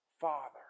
Father